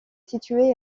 situé